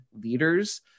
leaders